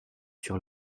sur